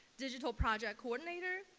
digital project coordinator.